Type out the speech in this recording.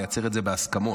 לייצר את זה בהסכמות.